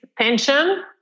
tension